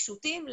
פשוטים,